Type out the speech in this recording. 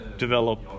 develop